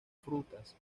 frutas